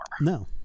No